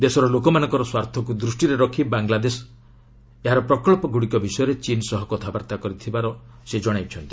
ଦେଶର ଲୋକମାନଙ୍କର ସ୍ୱାର୍ଥକୁ ଦୃଷ୍ଟିରେ ରଖି ବାଂଲାଦେଶ ଏହାରେ ପ୍ରକଳ୍ପଗୁଡ଼ିକ ବିଷୟରେ ଚୀନ୍ ସହ କଥାବାର୍ତ୍ତା କରିଥିଲା ବୋଲି ସେ ଜଣାଇଛନ୍ତି